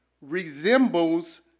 resembles